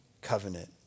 covenant